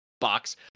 box